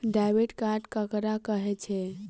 Debit card ककरा कहै छै?